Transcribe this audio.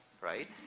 right